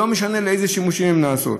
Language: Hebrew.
לא משנה לאילו שימושים הם נעשים.